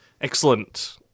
Excellent